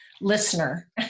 listener